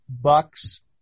Bucks